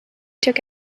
took